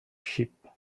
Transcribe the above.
sheep